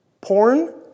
porn